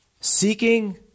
seeking